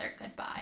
goodbye